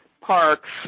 parks